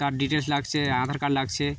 কার details লাগছে Aadhaar card লাগছে